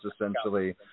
essentially